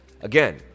again